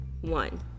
one